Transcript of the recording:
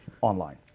online